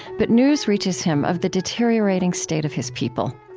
but news reaches him of the deteriorating state of his people.